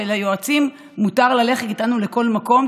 שליועצים מותר ללכת איתנו לכל מקום,